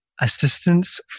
assistance